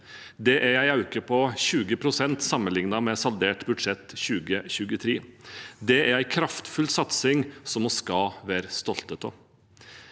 Det er en økning på 20 pst. sammenlignet med saldert budsjett 2023. Det er en kraftfull satsing som vi skal være stolte av.